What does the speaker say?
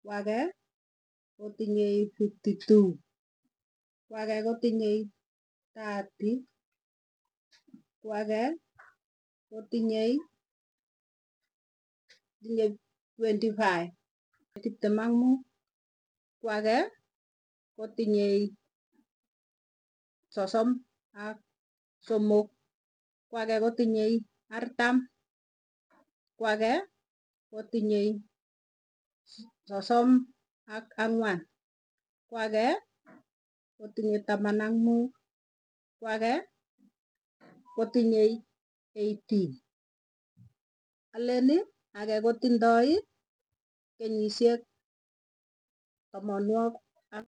koo age kotinye fifty two, koo age kotinye thirty, koo age kotinye twenty five tiptem ak mut koo age kotinye sosomak somok koo age kotinye artam koo age kotinye sosom ak angwan ko age kotinye taman ak mut koo age kotinye eighteen koo kogeny agee kotinye kinyisyek tamanywagik ak